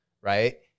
right